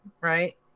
Right